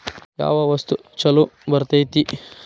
ಯಾವ ವಸ್ತು ಛಲೋ ಬರ್ತೇತಿ?